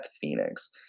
Phoenix